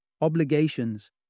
obligations